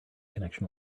connection